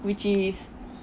which is